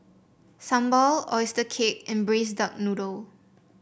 Sambal oyster cake and Braised Duck Noodle